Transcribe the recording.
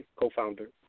co-founder